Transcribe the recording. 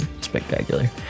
spectacular